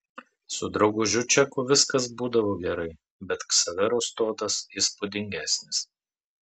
su draugužiu čeku viskas būdavo gerai bet ksavero stotas įspūdingesnis